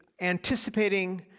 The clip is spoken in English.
anticipating